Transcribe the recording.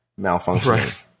malfunctioning